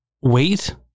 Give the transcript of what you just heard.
wait